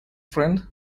friend